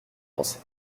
penser